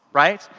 right.